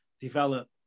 develop